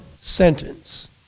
sentence